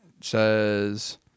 says